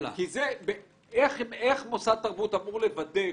איך מוסד תרבות אמור לוודא,